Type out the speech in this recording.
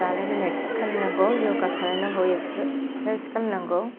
जानाय लोंनाय थिक खालामनांगौ य'गा खालामनांगौ एक्सारसाइज खालामनांगौ